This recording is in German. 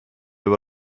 über